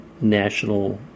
national